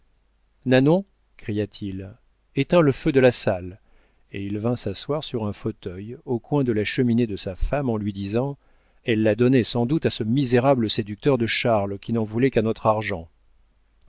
nanon cria-t-il éteins le feu de la salle et il vint s'asseoir sur un fauteuil au coin de la cheminée de sa femme en lui disant elle l'a donné sans doute à ce misérable séducteur de charles qui n'en voulait qu'à notre argent